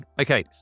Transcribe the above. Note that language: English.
Okay